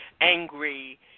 angry